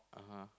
(uh huh)